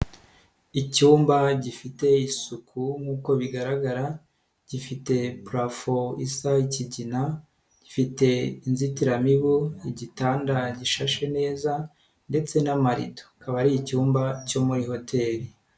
Icyumba gifite isuku nkuko bigaragara, gifite purafo isa ikigina, gifite inzitiramibu, igitanda gishashe neza ndetse n'amarido. Akaba ari icyumba cyo muri hoteli.